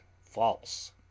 false